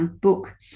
Book